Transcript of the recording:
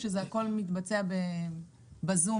או שהכול מתבצע ביניכם?